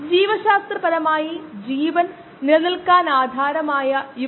തുടർന്ന് ബയോപ്രോസസിന്റെ അവലോകനം നമ്മൾ പരിശോധിച്ചു